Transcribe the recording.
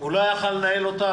הוא לא יכול היה לנהל איתה,